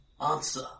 Answer